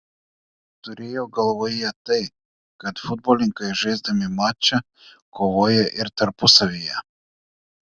turėjau galvoje tai kad futbolininkai žaisdami mačą kovoja ir tarpusavyje